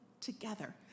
together